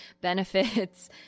benefits